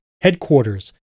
headquarters